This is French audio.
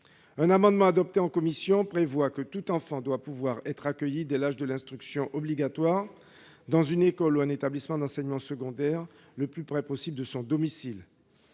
Une disposition adoptée en commission prévoit que tout enfant doit pouvoir être accueilli dès l'âge de l'instruction obligatoire dans une école ou un établissement d'enseignement secondaire situé le plus près possible de son domicile.